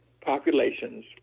populations